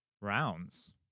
Rounds